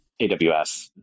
aws